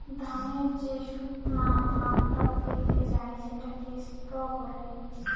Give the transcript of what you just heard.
ধানের যে শুকনা ভাগটা থেকে যায় সেটাকে স্ত্র বলে